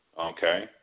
Okay